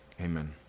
amen